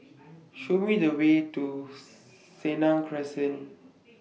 Show Me The Way to Senang Crescent